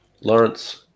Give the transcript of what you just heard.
Lawrence